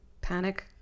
panic